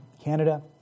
Canada